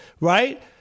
right